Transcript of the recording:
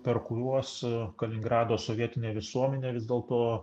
per kuriuos kaliningrado sovietinė visuomenė vis dėl to